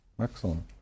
Excellent